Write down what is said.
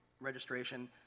registration